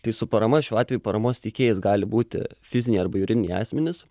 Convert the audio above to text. tai su parama šiuo atveju paramos teikėjais gali būti fiziniai arba juridiniai asmenys